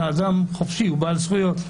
האדם חופשי, הוא בעל זכויות.